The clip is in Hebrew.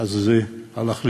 אז זה הלך לאיבוד.